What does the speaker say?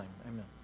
Amen